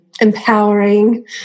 empowering